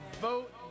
vote